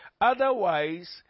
Otherwise